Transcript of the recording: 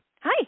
Hi